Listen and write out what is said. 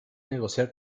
negociar